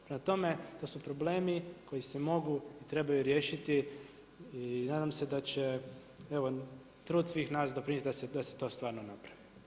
Prema tome to su problemi koji se mogu i trebaju riješiti i nadam se da će evo trud svih nas doprinijeti da se to ostvari.